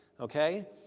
Okay